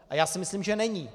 A já si myslím, že není.